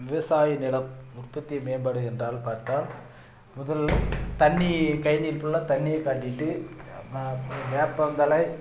விவசாய நிலம் உற்பத்தி மேம்பாடு என்றால் பார்த்தால் முதலில் தண்ணி கயனி ஃபுல்லாக தண்ணியை காட்டிவிட்டு வேப்பந்தழை